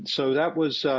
so that was